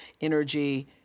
energy